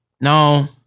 No